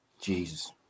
Jesus